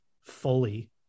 fully